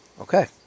Okay